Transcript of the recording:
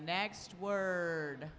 next word